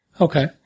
Okay